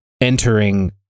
entering